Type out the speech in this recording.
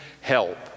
help